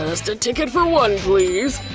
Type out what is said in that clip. just a ticket for one, please!